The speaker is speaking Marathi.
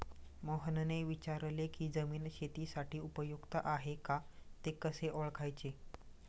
मोहनने विचारले की जमीन शेतीसाठी उपयुक्त आहे का ते कसे ओळखायचे?